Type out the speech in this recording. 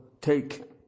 take